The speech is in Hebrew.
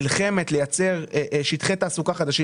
נלחמת לייצר שטחי תעסוקה חדשים,